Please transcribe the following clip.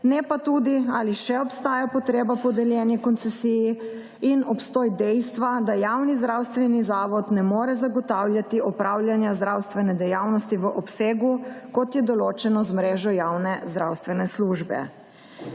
ne pa tudi, ali še obstaja potreba po podeljeni koncesiji in obstoj dejstva, da javni zdravstveni zavod ne more zagotavljati opravljanja zdravstvene dejavnosti v obsegu, kot je določeno z mrežo javne zdravstvene službe.